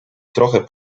trochę